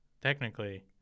technically